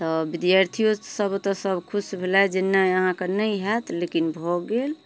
तऽ विद्यार्थियो सब ओतऽ सब खुश भेलय जे नहि अहाँके नहि हैत लेकिन भऽ गेल